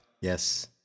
Yes